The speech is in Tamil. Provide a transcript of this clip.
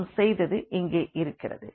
நாம் செய்தது இங்கே இருக்கிறது